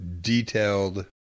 detailed